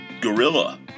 gorilla